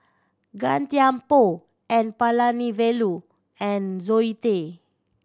Gan Thiam Poh N Palanivelu and Zoe Tay